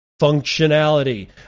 functionality